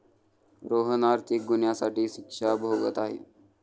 रोहन आर्थिक गुन्ह्यासाठी शिक्षा भोगत आहे